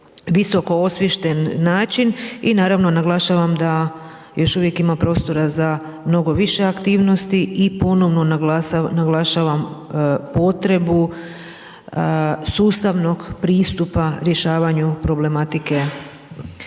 visoko osviješten način i naravno naglašavam da još uvijek ima prostora za mnogo više aktivnosti i ponovo naglašavam potrebu sustavnog pristupa rješavanju problematike